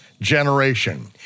generation